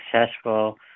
successful